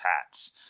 hats